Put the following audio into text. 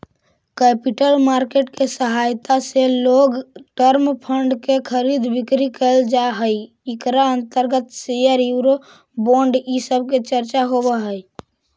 capital market के सहायता से लोंग टर्म फंड के खरीद बिक्री कैल जा हई इकरा अंतर्गत शेयर यूरो बोंड इ सब के चर्चा होवऽ हई